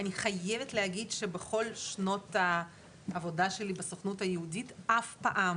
אני חייבת להגיד שבכל שנות העבודה שלי בסוכנות היהודית אף פעם